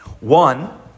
One